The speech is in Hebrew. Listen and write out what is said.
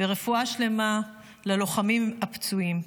ורפואה שלמה ללוחמים הפצועים.